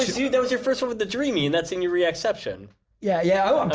do those our first one with the dreamy, and that's signoria exception yeah yeah